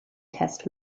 test